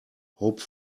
hope